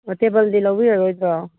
ꯇꯦꯕꯜꯗꯤ ꯂꯧꯕꯤꯔꯔꯣꯏꯗ꯭ꯔꯣ